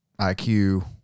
IQ